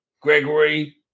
Gregory